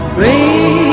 me.